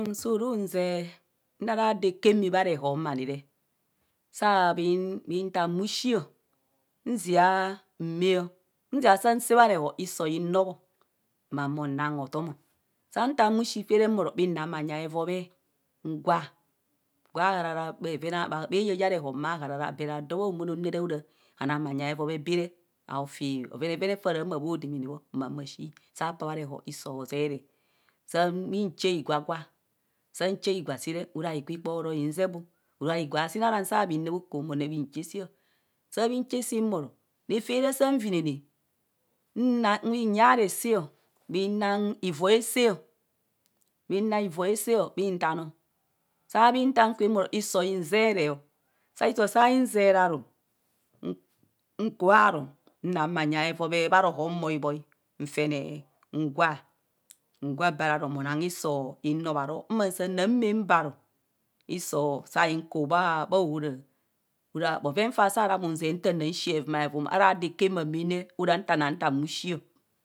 Anum suru nzea nta ra doo ake maa bha re hor ma nire. saa bhintaan bhushio nzia maa o nzia saa sạạ bha rehor isoo hin roobo ma mo naang otomo san taan bhushi fere mbono bhinang bhanyi aevubee ngwa, gwa harara bhayayaa rehon bha aharara bat odoo bha humono ora onaa bhanyi aero bee baa re aufe abhovenevene fara bhodemano ma humo ashi saa paa bha reho isoo ozeree. Saa michaa higwa gwa. sạ chaa igwa si re ora igwa ikporoo hizee bo aro igwa se ara saa mi reeb okoo ma naa bhi chas si ọ saa mi chaa si mbhoroi re fe re saa nvinene bhi yaare si bhi nasng ivu aesạạ. bhe naang ivu aesạạ bhi taa no. saa bhi taa fe mboroo hiso hinzeree hiso saa inzeeree aru. nkuaru nang bhanyi aerobee bha rohon bhoibhoi nfene ngwa. bgwa beee ra ru mo nang hiso hinrobharoho ma sang naa mka mbaa ru hiso sain bui bha ahoraa ara bhove faa saa zee nta nang shi ara doi abuche maa hevumavum re ora ntaa tam bhu shio.